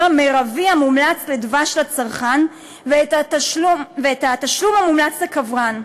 המרבי המומלץ לדבש לצרכן ואת התשלום המומלץ לכוורן.